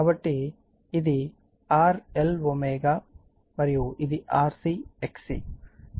కాబట్టి ఇది RL L ω మరియు ఇది RC XC